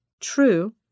True